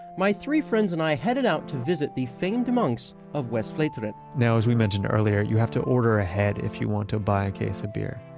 my three friends and i headed out to visit the famed monks of westvleteren. now, as we mentioned earlier, you have to order ahead if you want to buy a case of beer.